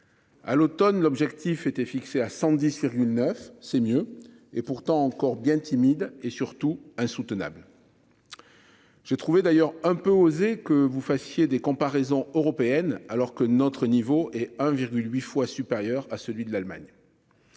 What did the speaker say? À l'Automne. L'objectif était fixé à 119, c'est mieux. Et pourtant encore bien timide et surtout insoutenable. J'ai trouvé d'ailleurs un peu osées que vous fassiez des comparaisons européennes alors que notre niveau et 1,8 fois supérieur à celui de l'Allemagne.